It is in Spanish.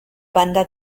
banda